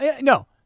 No